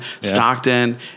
Stockton